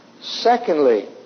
Secondly